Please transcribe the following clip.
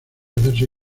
hacerse